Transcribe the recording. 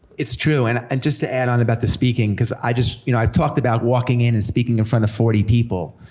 it's true, and and just to add on about the speaking, cause i just, you know, i talked about walking in and speaking in front of forty people,